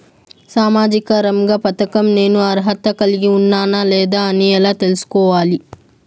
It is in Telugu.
సామాజిక రంగ పథకం నేను అర్హత కలిగి ఉన్నానా లేదా అని ఎలా తెల్సుకోవాలి?